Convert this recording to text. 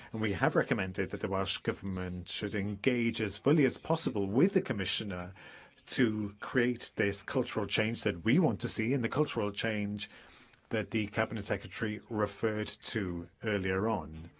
and we have recommended that the welsh government should engage as fully as possible with the commissioner to create this cultural change that we want to see, and the cultural change that the cabinet secretary referred to earlier on.